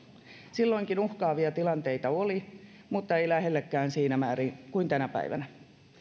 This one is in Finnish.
silloinkin uhkaavia tilanteita oli mutta ei lähellekään siinä määrin kuin tänä päivänä